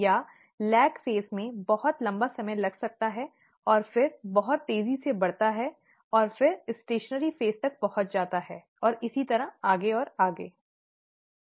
या लैग चरण में बहुत लंबा समय लग सकता है और फिर बहुत तेज़ी से बढ़ता है और फिर स्थिर चरण तक पहुंच जाता है और इसी तरह आगे और आगे ठीक है